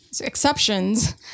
exceptions